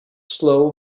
slow